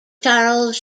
charles